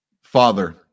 Father